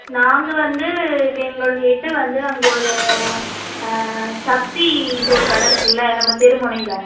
நாங்கள் வந்து இப்போ எங்களோட ஹெட்டு வந்து அங்கே ஒரு சக்தின்ட்டு ஒரு கடை இருக்குதுல்ல நம்ம தெரு முனையில